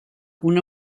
una